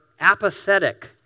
apathetic